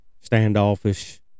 standoffish